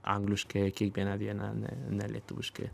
angliškai kiekvieną dieną ne ne lietuviškai